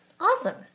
Awesome